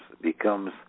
becomes